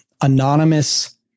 anonymous